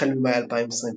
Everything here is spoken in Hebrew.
החל ממאי 2024,